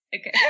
Okay